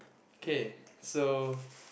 K so